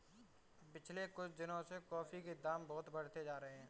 पिछले कुछ दिनों से कॉफी के दाम बहुत बढ़ते जा रहे है